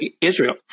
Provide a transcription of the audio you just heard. Israel